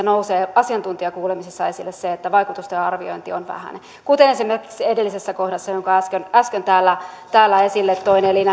nousee asiantuntijakuulemisissa esille se että vaikutusten arviointi on vähäinen kuten esimerkiksi edellisessä kohdassa jonka äsken äsken täällä täällä esille toin eli